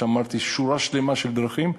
אמרתי שיש שורה שלמה של דרכים,